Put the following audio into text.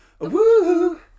woohoo